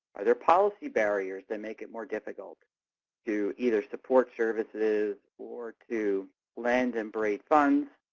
are there policy barriers that make it more difficult to either support services or to blend and braid funds?